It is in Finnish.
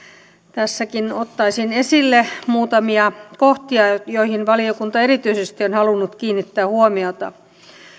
tässäkin ottaisin esille muutamia kohtia joihin valiokunta erityisesti on halunnut kiinnittää huomiota